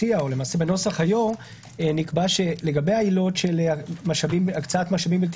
שבנוסח היו"ר נקבע שלגבי העילות של הקצאת משאבים בלתי